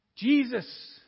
Jesus